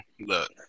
look